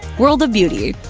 world of beauty